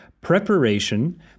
preparation